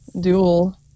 duel